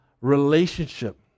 relationship